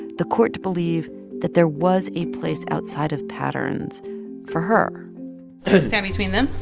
the court to believe that there was a place outside of patterns for her stand between them.